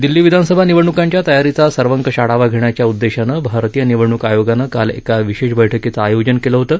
दिल्ली विधानसभा निवडणूकांच्या तयारीचा सर्वंकष आढावा घेण्याच्या उद्देशानं भारतीय निवडणूक आयोगान काल एका विशेष बैठकीचं आयोजन केलं होतं